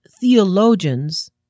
theologians